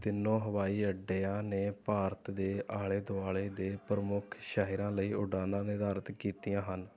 ਤਿੰਨੋਂ ਹਵਾਈ ਅੱਡਿਆਂ ਨੇ ਭਾਰਤ ਦੇ ਆਲੇ ਦੁਆਲੇ ਦੇ ਪ੍ਰਮੁੱਖ ਸ਼ਹਿਰਾਂ ਲਈ ਉਡਾਣਾਂ ਨਿਰਧਾਰਤ ਕੀਤੀਆਂ ਹਨ